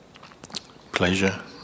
pleasure